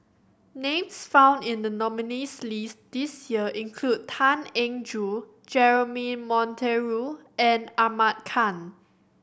names found in the nominees' list this year include Tan Eng Joo Jeremy Monteiro and Ahmad Khan